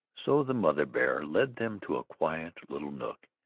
so the mother-bear led them to a quiet little nook,